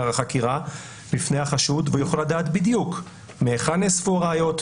החקירה בפני החשוד והוא יכול לדעת בדיוק מהיכן נאספו ראיות,